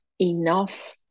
enough